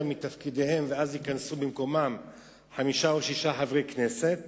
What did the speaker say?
מתפקידיהם ואז ייכנסו במקומם חמישה או שישה חברי כנסת,